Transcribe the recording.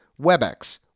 WebEx